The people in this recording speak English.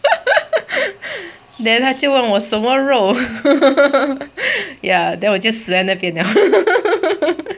then 他就问我什么肉 ya then 我就死在那边了